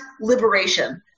liberation